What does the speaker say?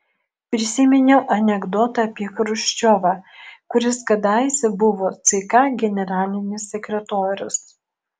prisiminiau anekdotą apie chruščiovą kuris kadaise buvo ck generalinis sekretorius